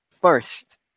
first